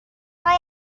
why